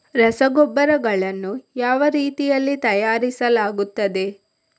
ರಸಗೊಬ್ಬರಗಳನ್ನು ಯಾವ ರೀತಿಯಲ್ಲಿ ತಯಾರಿಸಲಾಗುತ್ತದೆ?